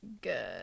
Good